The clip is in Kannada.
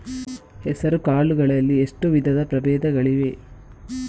ಹೆಸರುಕಾಳು ಗಳಲ್ಲಿ ಎಷ್ಟು ವಿಧದ ಪ್ರಬೇಧಗಳಿವೆ?